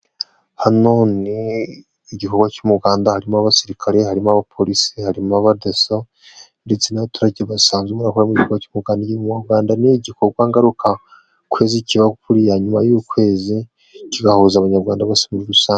Hano ni mu gikorwa cy'umuganda, harimo abasirikare, harimo abapolisi, harimo abadaso, ndetse n'abaturage basanzwe bari muri iki gikorwa. Umuganda ni igikorwa ngarukakwezi kiba ku ya nyuma y'ukwezi, kigahuza abanyarwanda bose muri rusange.